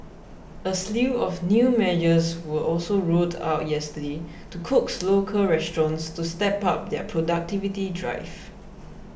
a slew of new measures were also rolled out yesterday to coax local restaurants to step up their productivity drive